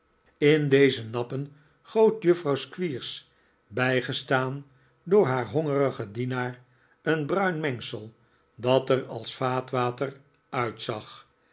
in deze nappen goot juffrouw squeers bij gestaan door haar hongerigen dienaar een bruin mengsel dat er als vaatwater uitzag